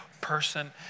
person